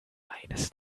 eines